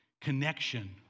connection